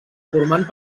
formant